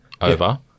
over